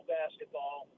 basketball